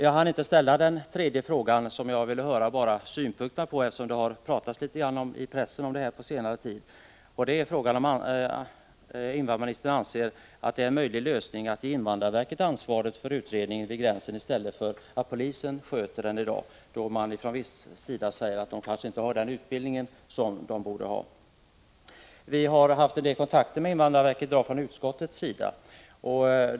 Jag hann inte ställa den tredje fråga som jag ville få invandrarministerns synpunkter på — det har på senare tid talats litet grand i pressen om detta. Frågan gäller om invandrarministern anser att det är en möjlig lösning att ge invandrarverket ansvaret för utredningen vid gränsen i stället för polisen, som i dag. Från viss sida säger man att polisen kanske inte har den utbildning den borde ha för detta. Vi har från utskottets sida i dag haft en del kontakter med invandrarverket.